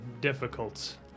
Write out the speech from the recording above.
difficult